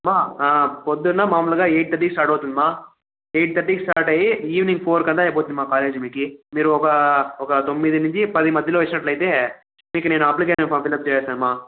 అమ్మ పొద్దున మాములుగా ఎయిట్ థర్టీకి స్టార్ట్ అవుతుంది అమ్మ ఎయిట్ థర్టీకి స్టార్ట్ అయి ఈవెనింగ్ ఫోర్ కల్లా అయిపోతుంది అమ్మ కాలేజీ మీకు మీరు ఒక తొమ్మిది నుంచి పది మధ్యలో వచ్చినట్లయితే మీకు నేను అప్లికేషన్ ఫామ్ ఫిలప్ చేసేస్తాను అమ్మ